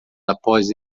após